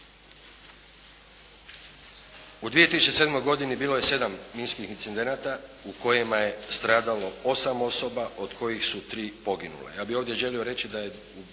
U 2007. godini bilo je sedam minskih incidenata u kojima je stradalo 8 osoba od kojih su 3 poginule.